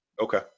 Okay